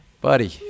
Buddy